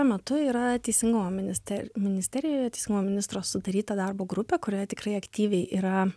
šiuo metu yra teisingumo minister ministerijoje teisingumo ministro sudaryta darbo grupė kurioje tikrai aktyviai yra